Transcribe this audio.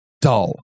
dull